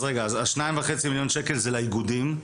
אז שניים וחצי מיליון שקל זה לאיגודים?